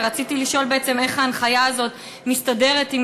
רציתי לשאול: איך ההנחיה הזאת מסתדרת עם